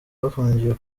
bafungiwe